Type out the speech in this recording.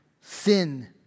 sin